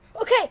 Okay